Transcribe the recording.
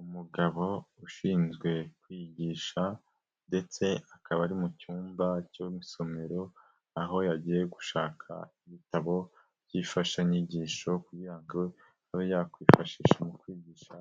Umugabo ushinzwe kwigisha ndetse akaba ari mu cyumba cyo mu isomero, aho yagiye gushaka ibitabo by'imfashanyigisho, kugira ngo abe yakwifashisha mu kwigisha